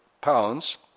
pounds